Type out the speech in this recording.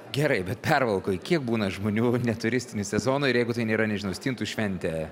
gerai bet pervalkoj kiek būna žmonių ne turistinį sezoną ir jeigu tai nėra nežinau stintų šventė